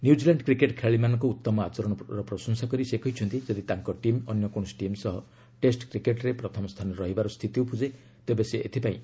New Zealand cricket ଖେଳାଳିମାନଙ୍କ ଉତ୍ତମ ଆଚରଣ ପ୍ରଶଂସା କରି ସେ କହିଛନ୍ତି ଯଦି ତାଙ୍କ ଟିମ୍ ଅନ୍ୟ କୌଣସି ଟିମ୍ ସହ ଟେଷ୍ଟ କ୍ରିକେଟ୍ରେ ପ୍ରଥମ ସ୍ଥାନରେ ରହିବାର ସ୍ଥିତି ଉପୁଜେ ତେବେ ସେ ଏଥିପାଇଁ ନ୍ୟୁଜିଲାଣ୍ଡ ଦଳକୁ ବାଛିବେ